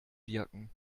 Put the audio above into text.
wirken